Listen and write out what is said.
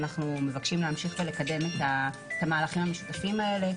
ואנחנו מבקשים להמשיך ולקדם את המהלכים המשפטיים האלה,